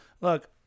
Look